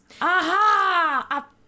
Aha